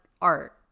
art